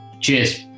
Cheers